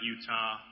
Utah